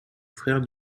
frère